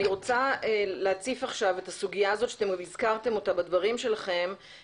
אני רוצה להציף עכשיו את הסוגיה שהזכרתם אותה בדברים שלכם,